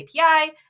API